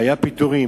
והיו פיטורים.